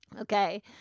Okay